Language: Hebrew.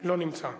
לא נמצא.